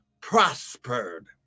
prospered